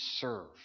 serve